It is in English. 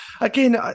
again